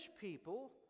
people